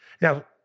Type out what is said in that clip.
Now